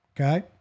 Okay